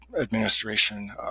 administration